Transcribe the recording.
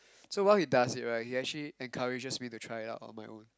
so while he does it right he actually encourages me to try it out on my own